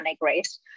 race